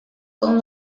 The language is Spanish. con